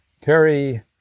Terry